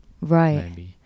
right